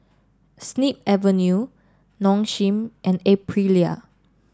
Snip Avenue Nong Shim and Aprilia